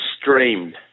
streamed